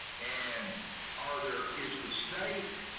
and are there is the state,